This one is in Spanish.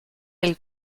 del